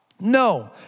No